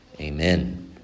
Amen